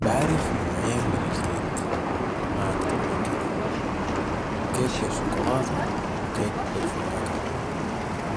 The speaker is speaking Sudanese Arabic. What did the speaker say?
بعرف نوعين من الكيك ما اكتر من كدة كيك بي الشكولاته و كيك بي الفواكه